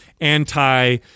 anti